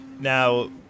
Now